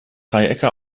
dreiecke